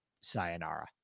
Sayonara